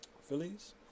Phillies